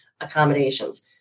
accommodations